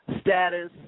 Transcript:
status